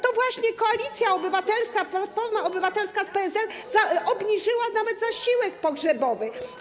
To właśnie Koalicja Obywatelska, Platforma Obywatelska z PSL obniżyli nawet zasiłek pogrzebowy.